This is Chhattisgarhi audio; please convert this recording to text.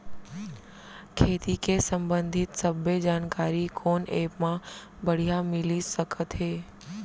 खेती के संबंधित सब्बे जानकारी कोन एप मा बढ़िया मिलिस सकत हे?